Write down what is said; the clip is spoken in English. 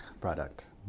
product